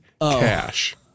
cash